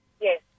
Yes